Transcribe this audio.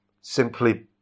simply